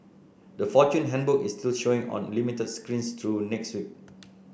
the Fortune Handbook is still showing on limited screens through next week